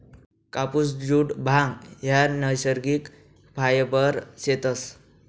कापुस, जुट, भांग ह्या नैसर्गिक फायबर शेतस